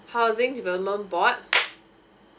housing development board